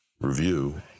review